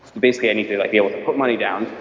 basically i need to like be able to put money down,